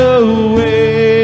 away